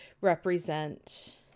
represent